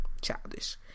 childish